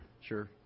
sure